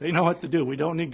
they know what to do we don't need